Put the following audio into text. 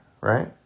Right